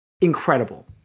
incredible